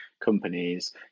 companies